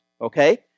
Okay